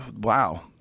wow